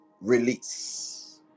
release